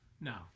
No